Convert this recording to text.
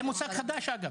זה מושג חדש אגב.